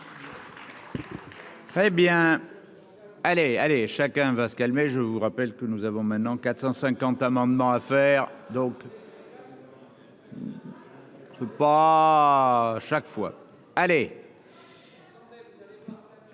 Très bien, allez, allez. Chacun va se calmer, je vous rappelle que nous avons maintenant 450 amendements. Faire donc pas à chaque fois allez.